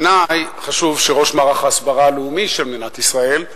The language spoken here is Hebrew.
בעיני חשוב שראש מערך ההסברה הלאומי של מדינת ישראל,